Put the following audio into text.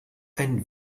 ein